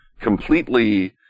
completely